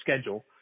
schedule